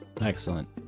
Excellent